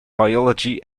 biology